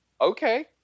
Okay